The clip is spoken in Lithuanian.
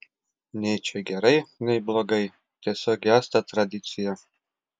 nei čia gerai nei blogai tiesiog gęsta tradicija